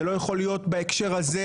זה לא יכול להיות בהקשר הזה,